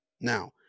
Now